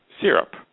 syrup